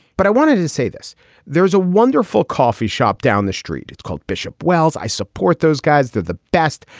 but i wanted to say this there is a wonderful coffee shop down the street. it's called bishop wells. i support those guys did the best.